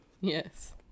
Yes